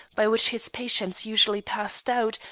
by which his patients usually passed out,